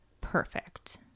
perfect